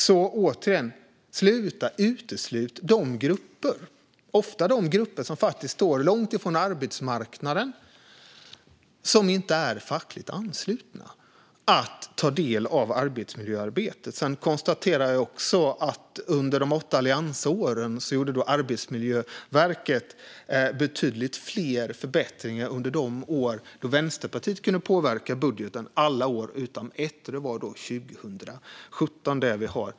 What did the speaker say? Sluta med att utesluta de grupper som ofta står långt från arbetsmarknaden och som inte är fackligt anslutna från att ta del av arbetsmiljöarbetet. Sedan konstaterar jag också att under de åtta alliansåren gjorde Arbetsmiljöverket betydligt fler förbättringar än under de år då Vänsterpartiet kunde påverka budgeten. Vi har uppgifter om alla år utom 2017.